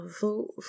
vote